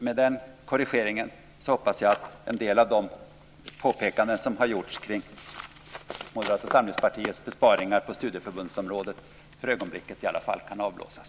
Med den korrigeringen hoppas jag att en del av de påpekanden som har gjorts kring Moderata samlingspartiets besparingar på studieförbundsområdet i varje fall för ögonblicket kan avblåsas.